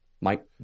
Mike